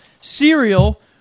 cereal